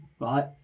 right